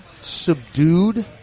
subdued